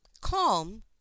Calm